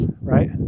right